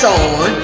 on